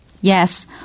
Yes